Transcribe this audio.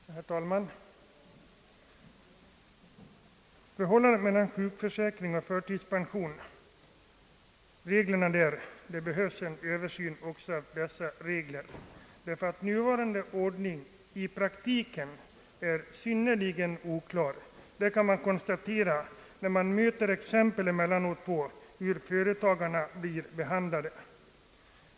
Herr talman! Reglerna om förhållandet mellan sjukförsäkring och förtidspension behöver en översyn, ty nuvarande ordning är i praktiken synnerligen oklar. Det kan man konstatera genom exempel man emellanåt möter på hur företagare blir behandlade.